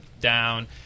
down